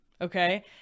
Okay